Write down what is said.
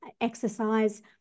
exercise